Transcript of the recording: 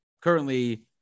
currently